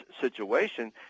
situation